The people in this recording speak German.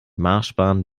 marschbahn